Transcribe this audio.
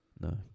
No